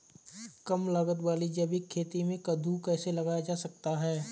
कम लागत वाली जैविक खेती में कद्दू कैसे लगाया जा सकता है?